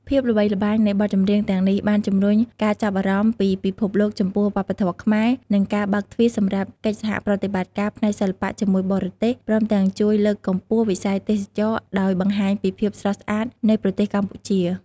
ភាពល្បីល្បាញនៃបទចម្រៀងទាំងនេះបានជំរុញការចាប់អារម្មណ៍ពីពិភពលោកចំពោះវប្បធម៌ខ្មែរ និងបានបើកទ្វារសម្រាប់កិច្ចសហប្រតិបត្តិការផ្នែកសិល្បៈជាមួយបរទេស ព្រមទាំងជួយលើកកម្ពស់វិស័យទេសចរណ៍ដោយបង្ហាញពីភាពស្រស់ស្អាតនៃប្រទេសកម្ពុជា។